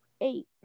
eight